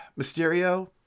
Mysterio